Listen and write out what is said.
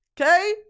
Okay